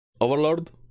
overlord